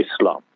Islam